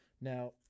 Now